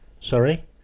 Sorry